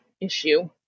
issue